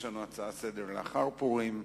יש לנו הצעה לסדר-היום לאחר פורים,